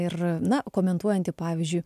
ir na komentuojantį pavyzdžiui